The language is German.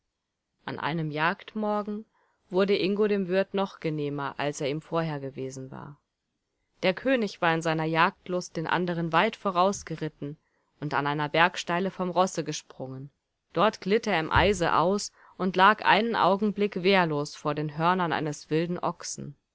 an einem jagdmorgen wurde ingo dem wirt noch genehmer als er ihm vorher gewesen war der könig war in seiner jagdlust den anderen weit vorausgeritten und an einer bergsteile vom rosse gesprungen dort glitt er im eise aus und lag einen augenblick wehrlos vor den hörnern eines wilden ochsen